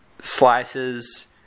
slices